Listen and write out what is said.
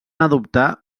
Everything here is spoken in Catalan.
adoptar